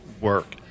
work